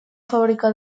fábrica